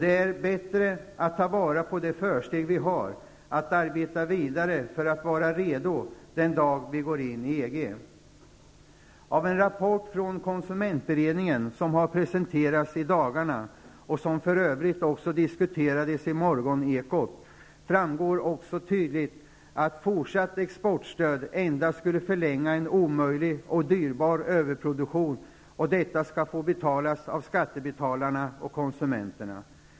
Det är bättre att ta vara på det försteg som vi har, att arbeta vidare för att vara redo den dag vi går in i EG. Av en rapport från konsumentberedningen som har presenterats i dagarna, och som för övrigt också diskuterades i morgonekot, framgår också tydligt att fortsatt exportstöd endast skulle förlänga en omöjlig och dyrbar överproduktion, och detta skulle få betalas av skattebetalarna och konsumenterna.